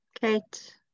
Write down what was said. Kate